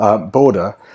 border